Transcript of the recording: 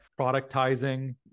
productizing